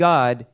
God